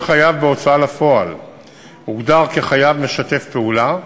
חייב בהוצאה לפועל הוגדר כ"חייב משתף פעולה",